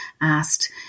asked